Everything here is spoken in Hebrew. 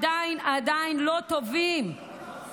עדיין לא טובים.